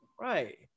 Right